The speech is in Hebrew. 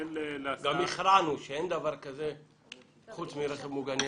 גם הכרענו, שאין דבר כזה חוץ מרכב ממוגן ירי.